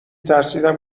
ترسیدم